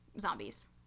zombies